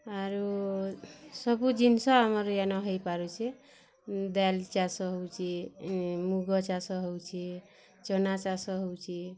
ଆରୁ ସବୁ ଜିନିଷ ଆମର୍ ଇଆନ ହେଇପାରୁଚେ ଡ଼ାଲ୍ ଚାଷ୍ ହେଉଚି ମୁଗ ଚାଷ ହଉଚି ଚନା ଚାଷ ହଉଚି